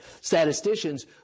statisticians